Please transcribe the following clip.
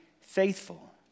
faithful